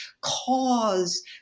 cause